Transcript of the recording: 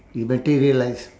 you materialised